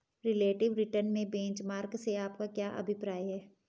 Relative return में benchmark से आपका क्या अभिप्राय है?